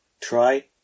try